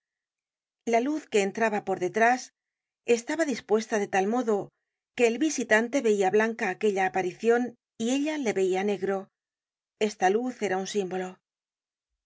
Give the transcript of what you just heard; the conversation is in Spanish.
la luz que entraba por detrás estaba dispuesta de tal modo que el visitante veia blanca aquella aparicion y ella le veia negro esta luz era un símbolo